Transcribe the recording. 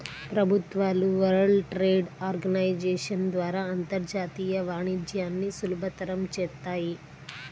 ప్రభుత్వాలు world trade organisation ద్వారా అంతర్జాతీయ వాణిజ్యాన్ని సులభతరం చేత్తాయి